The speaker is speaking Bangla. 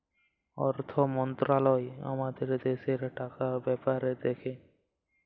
অথ্থ মলত্রলালয় আমাদের দ্যাশের টাকার ব্যাপার দ্যাখে